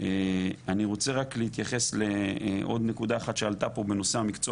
ואני רוצה רק להתייחס לעוד נקודה אחת שעלתה פה בנושא המקצוע